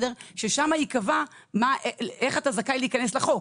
ששם ייקבע איך אתה זכאי להיכנס לחוק.